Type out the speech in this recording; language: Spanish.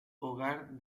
hogar